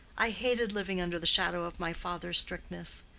i hated living under the shadow of my father's strictness.